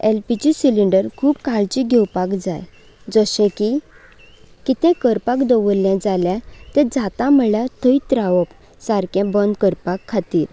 LPG cylinder खूप काळजीक घेवपाक जाय जशें की कितें करपाक दवरल्लें जाल्या तें जाता म्हणल्यार थंयच रावप सारकें बंद करपाक खातीर